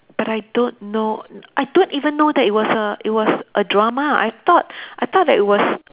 but I don't know I don't even know that it was a it was a drama I thought I thought that it was